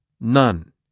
None